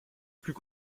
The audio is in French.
plus